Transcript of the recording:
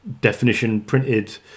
definition-printed